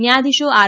ન્યાયાધીશો આર